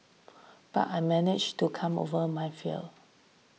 but I managed to come over my fear